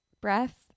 breath